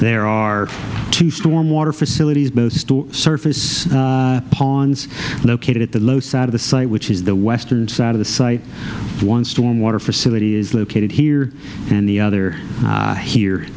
there are two storm water facilities both surface pawns located at the low side of the site which is the western side of the site one storm water facility is located here and the other here